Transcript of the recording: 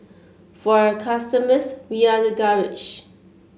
for our customers we are the garage